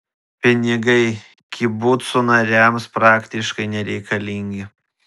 pinigai kibucų nariams praktiškai nereikalingi